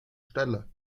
stelle